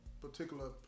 particular